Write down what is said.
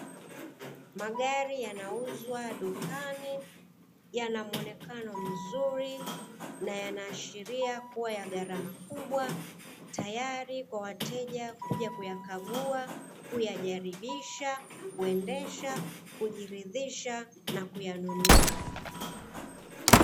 Magari yanauzwa dukani, yana mwonekano mzuri na yanaashiria kuwa ya gharama kubwa tayari kwa wateja kuja kuyakagua, kuyajaribisha, kuendesha, kujiridhisha na kuyanunua.